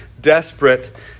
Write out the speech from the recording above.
desperate